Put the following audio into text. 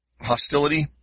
hostility